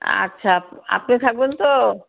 আচ্ছা আপ আপনি থাকবেন তো